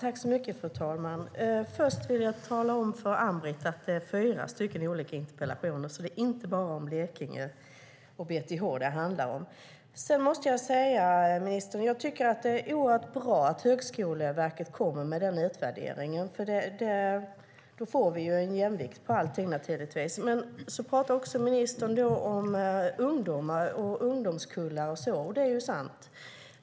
Fru talman! Först vill jag tala om för Ann-Britt att det är fyra olika interpellationer, så det handlar inte bara om Blekinge och BTH. Sedan måste jag säga: Jag tycker att det är oerhört bra att Högskoleverket kommer med utvärderingen, för då får vi ju en jämvikt på allt. Ministern pratar också om ungdomar och ungdomskullar. Det är sant.